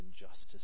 injustice